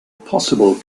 possible